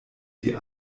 die